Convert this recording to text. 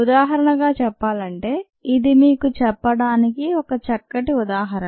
ఉదాహరణగా చెప్పాలంటే ఇది మీకు చెప్పడానికి ఒక చక్కటి ఉదాహరణ